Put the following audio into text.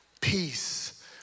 Peace